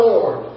Lord